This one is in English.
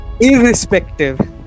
irrespective